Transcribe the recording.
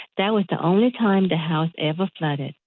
that was the only time the house ever flooded.